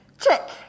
Check